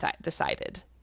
decided